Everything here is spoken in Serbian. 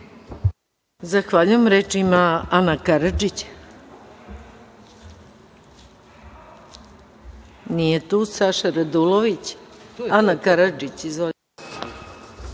Zahvaljujem. Reč ima Ana Karadžić.